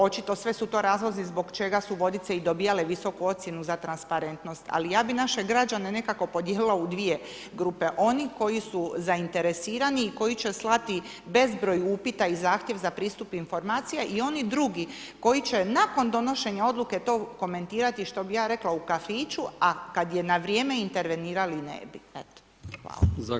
Očito se su to razlozi zbog čega su Vodice i dobivale visoku ocjenu za transparentnost, ali ja bi naše građane nekako podijelila u dvije grupe, oni koji su zainteresirani i koji će slati bezbroj upita i zahtjev za pristup informacija i oni drugi koji će nakon donošenja odluke to komentirati što bi ja rekla, u kafiću a kad je na vrijeme intervenirali ne bi, eto hvala.